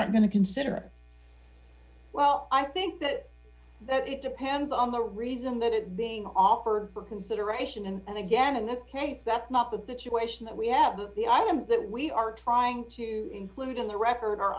are going to consider well i think that that it depends on the reason that it is being offered for consideration and again in this case that's not the situation that we have the items that we are trying to include in the record